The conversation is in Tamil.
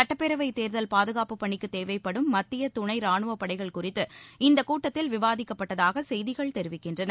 சட்டப்பேரவை தேர்தல் பாதுகாப்பு பணிக்கு தேவைப்படும் மத்திய துணை ரானுவப் படைகள் குறித்து இந்த கூட்டத்தில் விவாதிக்கப்பட்டதாக செய்திகள் தெரிவிக்கின்றன